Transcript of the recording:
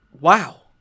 Wow